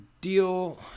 deal